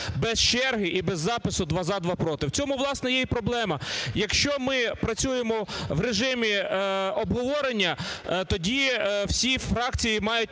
без черги і без запису "два – за, два – проти"? В цьому, власне, є і проблема. Якщо ми працюємо в режимі обговорення, тоді всі фракції мають